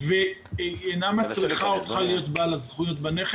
והיא אינה מצריכה אותך להיות בעל הנכס,